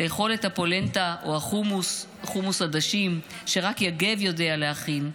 לאכול את הפולנטה או החומוס-עדשים שרק יגב יודע להכין,